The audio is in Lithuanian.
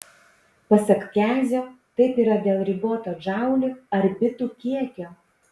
pasak kezio taip yra dėl riboto džaulių ar bitų kiekio